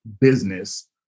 business